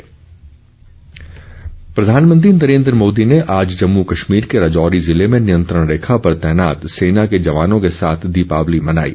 सेना दिवाली प्रधानमंत्री नरेन्द्र मोदी ने आज जम्मू कश्मीर के राजौरी जिले में नियंत्रण रेखा पर तैनात सेना के जवानों के साथ दीपावली मनाई